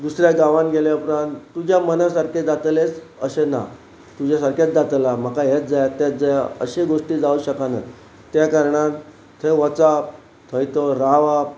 दुसऱ्या गांवान गेल्या उपरांत तुज्या मना सारकें जातलेच अशें ना तुज्या सारकेंच जातला म्हाका हेच जाय तेच जाया अश्य गोश्टी जावं शकना त्या कारणान थंय वचप थंय तो रावप